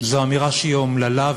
זו אמירה שהיא אומללה,